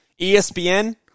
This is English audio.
ESPN